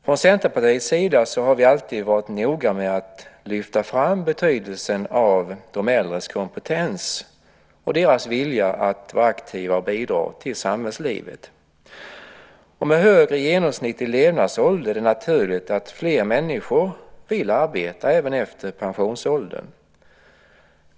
Från Centerpartiets sida har vi alltid varit noga med att lyfta fram betydelsen av de äldres kompetens och deras vilja att vara aktiva och bidra till samhällslivet. Med ett högre genomsnitt i levnadsålder är det naturligt att fler människor vill arbeta även efter pensionsåldern.